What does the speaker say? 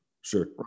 Sure